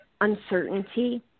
uncertainty